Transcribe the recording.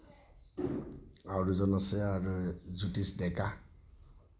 আৰু দুজন আছে জ্যোতিষ ডেকা